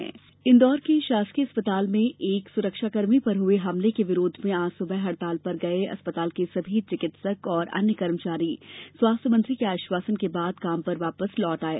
अस्पताल हड़ताल इंदौर के एक शासकीय अस्पताल में एक सुरक्षाकर्मी पर हुए हमले के विरोध में आज सुबह हडताल पर गए अस्पताल के सभी चिकित्सक और अन्य कर्मचारी स्वास्थ्य मंत्री के आश्वासन के बाद वापस काम पर लौट आये